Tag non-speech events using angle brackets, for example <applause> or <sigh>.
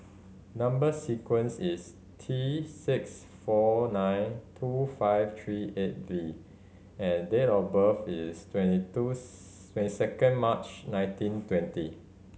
number sequence is T six four nine two five three eight V and date of birth is twenty two <unintelligible> twenty second March nineteen twenty